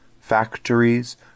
factories